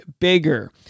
Bigger